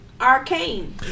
Arcane